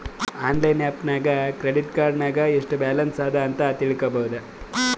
online app ನಾಗ್ credit card ನಾಗ್ ಎಸ್ಟ್ ಬ್ಯಾಲನ್ಸ್ ಅದಾ ಅಂತ್ ತಿಳ್ಕೊಬೋದು